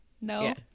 no